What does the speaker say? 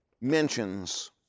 mentions